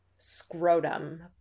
scrotum